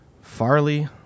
Farley